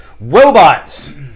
Robots